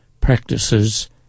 practices